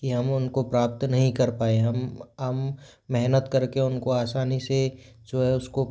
कि हम उनको प्राप्त नहीं कर पाए हम हम मेहनत करके उनको आसानी से जो है उसको